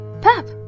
Pep